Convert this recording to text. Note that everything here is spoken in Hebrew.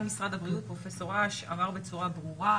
מנכ"ל משרד הבריאות פרופ' אש אמר בצורה ברורה,